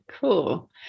Cool